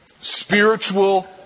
spiritual